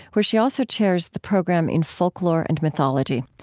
where she also chairs the program in folklore and mythology.